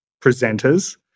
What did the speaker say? presenters